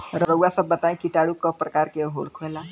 रउआ सभ बताई किटाणु क प्रकार के होखेला?